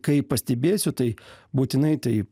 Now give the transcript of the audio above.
kai pastebėsiu tai būtinai tai